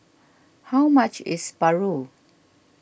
how much is Paru